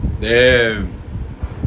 damn